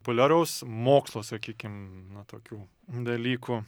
puliaraus mokslo sakykim na tokių dalykų